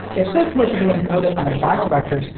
if this were to be encoded on a vinyl record,